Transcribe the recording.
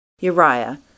Uriah